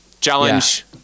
challenge